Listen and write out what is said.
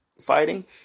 fighting